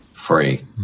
free